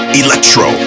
electro